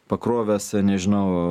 pakrovęs nežinau